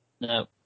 No